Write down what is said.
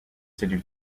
celui